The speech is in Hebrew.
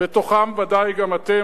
בתוכם ודאי גם אתם,